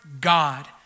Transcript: God